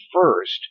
First